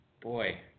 Boy